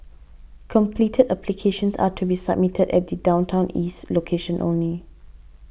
completed applications are to be submitted at the Downtown East location only